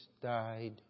died